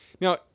now